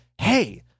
Hey